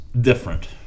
different